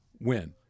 win